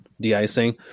de-icing